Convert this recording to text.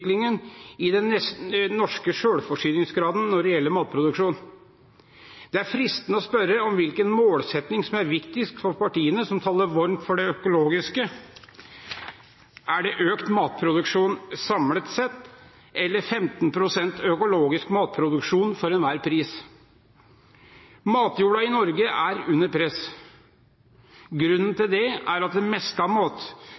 utviklingen av den norske selvforsyningsgraden når det gjelder matproduksjon. Det er fristende å spørre om hvilken målsetting som er viktigst for partiene som taler varmt for det økologiske. Er det økt matproduksjon samlet sett eller 15 pst. økologisk matproduksjon for enhver pris? Matjorda i Norge er under press. Grunnen